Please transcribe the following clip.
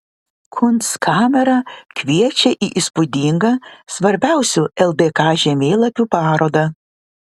kunstkamera kviečia į įspūdingą svarbiausių ldk žemėlapių parodą